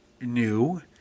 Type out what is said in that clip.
new